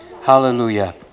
hallelujah